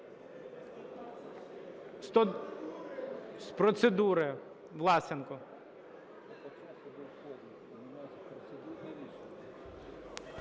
процедури Власенко.